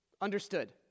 understood